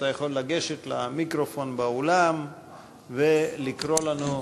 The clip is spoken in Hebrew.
אתה יכול לגשת למיקרופון באולם ולקרוא לנו,